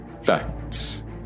Facts